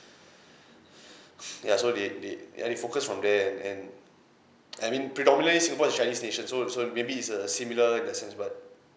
ya so they they ya they focused from there and and I mean predominantly singapore is chinese nation so uh so maybe is err similar in that sense but